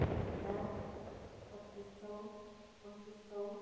एक हजार पच्चिस सौ पैँतिस सौँ